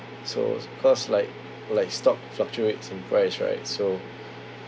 so s~ cause like like stock fluctuates in price right so